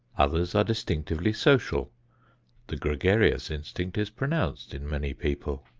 others are distinctively social the gregarious instinct is pronounced in many people.